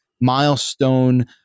milestone